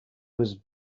was